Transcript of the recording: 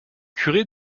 curé